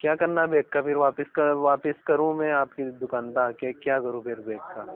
क्या करना है बैग का फ़िर वापिस कर वापिस करूँ मैं आपकी दुकान पर आकर क्या करूँ फ़िर बैग का